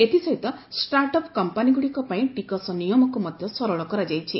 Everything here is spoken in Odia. ଏଥିସହିତ ଷ୍ଟାର୍ଟ ଅପ୍ କମ୍ପାନିଗୁଡ଼ିକ ପାଇଁ ଟିକସ ନିୟମକୁ ମଧ୍ୟ ସରଳ କରାଯାଇଛି